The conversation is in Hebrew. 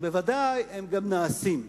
שוודאי הם גם נעשים.